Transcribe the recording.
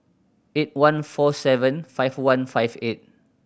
eight one four seven five one five eight